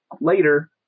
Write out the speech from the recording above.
Later